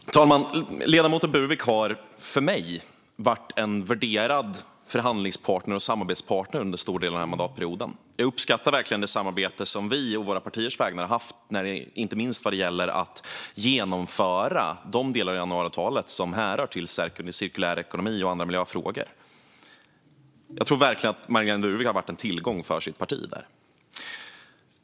Fru talman! Ledamoten Burwick har för mig varit en värderad förhandlingspartner och samarbetspartner under en stor del av denna mandatperiod. Jag uppskattar verkligen det samarbete som vi å våra partiers vägnar haft, inte minst vad gäller att genomföra de delar av januariavtalet som härrör från cirkulär ekonomi och andra miljöfrågor. Jag tror verkligen att Marlene Burwick har varit en tillgång för sitt parti där.